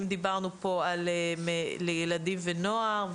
אם דיברנו פה על ילדים ונוער,